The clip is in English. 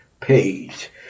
page